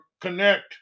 connect